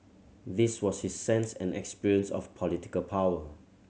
this was his sense and experience of political power